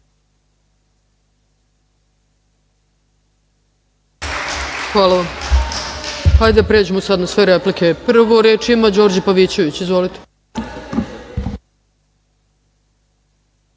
Hvala vam. Hajde da pređimo sad na sve replike. Prvo reč ima Đorđe Pavićević. Izvolite.